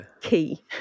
key